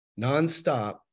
nonstop